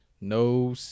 No